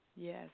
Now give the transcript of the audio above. Yes